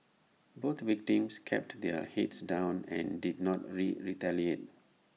both victims kept their heads down and did not re retaliate